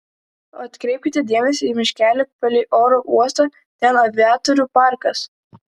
atkreipkite dėmesį į miškelį palei oro uostą ten aviatorių parkas